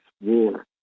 war